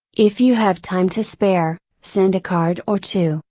if you have time to spare, send a card or two,